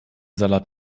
salat